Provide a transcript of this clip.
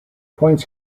points